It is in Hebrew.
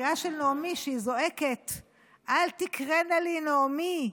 שבה היא זועקת: "אל תקראנה לי נעמי,